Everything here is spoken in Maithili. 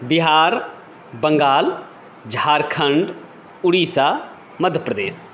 बिहार बंगाल झारखण्ड उड़ीसा मध्यप्रदेश